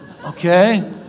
Okay